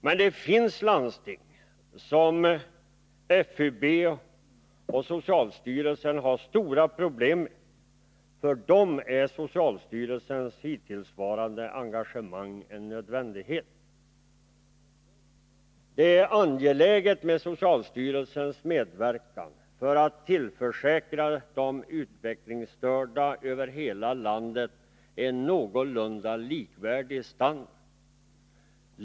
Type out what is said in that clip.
Men det finns också landsting som FUB och socialstyrelsen har stora problem med, och för dem är socialstyrelsens hittillsvarande engagemang en nödvändighet. Det är angeläget att ha socialstyrelsens medverkan för att kunna tillförsäkra de utvecklingsstörda över hela landet en någorlunda likvärdig standard.